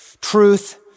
truth